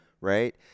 right